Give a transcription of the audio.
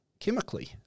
chemically